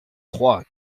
trois